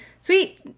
sweet